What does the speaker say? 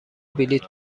بلیط